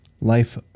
life